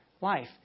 life